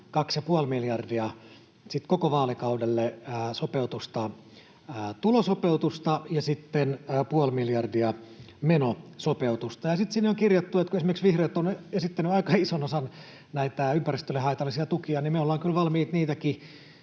2,5 miljardia koko vaalikaudelle sopeutusta, tulosopeutusta, ja sitten puoli miljardia menosopeutusta. Ja sitten sinne on kirjattu, kun esimerkiksi vihreät ovat esittäneet aika ison osan näitä ympäristölle haitallisia tukia, että me olemme kyllä valmiit niitäkin